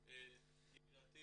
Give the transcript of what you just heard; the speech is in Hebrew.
ידידתי